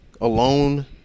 alone